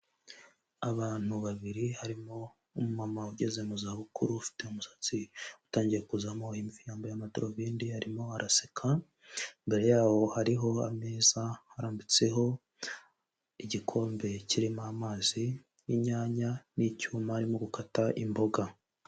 Abantu babiri harimo umumama ugeze mu zabukuru ufite umusatsi utangiye kuzamo imvi yambaye amadarubindi arimo araseka, imbere yabo hariho ameza harambitseho igikombe kirimo amazi, inyanya n'icyuma arimo gukata imboga.